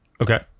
Okay